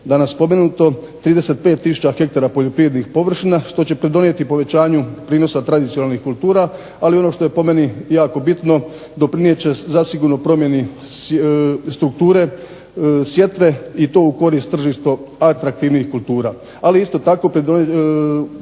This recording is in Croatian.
danas spomenuto 35000 ha poljoprivrednih površina što će pridonijeti povećanju prinosa tradicionalnih kultura. Ali ono što je po meni jako bitno doprinijet će zasigurno promjeni strukture sjetve i to u korist tržišta atraktivnih kultura. Ali isto tako stvorit